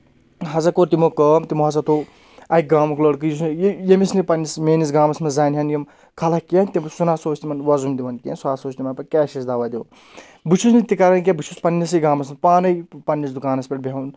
ہسا کوٚر تِمو کٲم تِمو ہسا تو اَکہِ گامُک لٔڑکہٕ یُس ییٚمِس نہٕ پَننِس میٲنِس گامَس منٛز زانہِ ہَن یِم خلق کینٛہہ تِم سُہ نہ سا اوس تِمَن وۄزُم دِون کینٛہہ سُہ ہَسا اوس تِمَن پَتہٕ کیشِس دوا دِوان بہٕ چھُس نہٕ تہِ کران کینٛہہ بہٕ چھُس پَنٕنِسٕے گامَس منٛز پانَے پنٕنِس دُکانَس پؠٹھ بیٚہُن